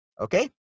Okay